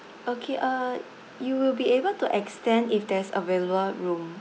okay uh you will be able to extend if there's available room